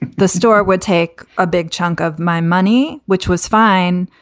the store would take a big chunk of my money, which was fine.